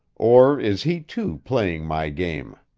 or is he, too, playing my game?